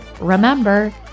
remember